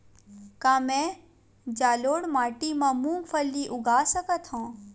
का मैं जलोढ़ माटी म मूंगफली उगा सकत हंव?